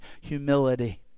humility